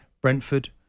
Brentford